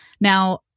Now